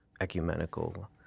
ecumenical